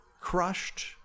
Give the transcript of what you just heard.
crushed